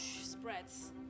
spreads